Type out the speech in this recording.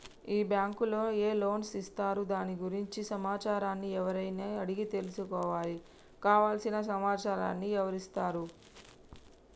ఈ బ్యాంకులో ఏ లోన్స్ ఇస్తారు దాని గురించి సమాచారాన్ని ఎవరిని అడిగి తెలుసుకోవాలి? కావలసిన సమాచారాన్ని ఎవరిస్తారు?